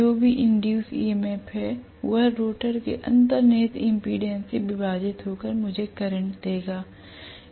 जो भी induced EMF है वह रोटर के अंतर्निहित एमपीडेंस से विभाजित होकर मुझे करंट देगा